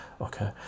okay